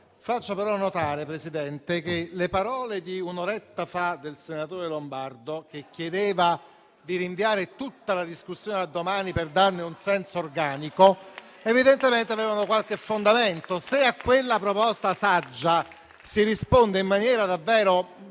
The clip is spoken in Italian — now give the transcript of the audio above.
faccio notare che le parole dette un'oretta fa dal senatore Lombardo, che chiedeva di rinviare tutta la discussione a domani per darle senso e organicità, evidentemente avevano qualche fondamento. Se a quella proposta saggia si risponde in maniera davvero